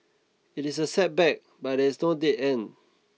it is a setback but there is no dead end